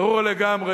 ברור לגמרי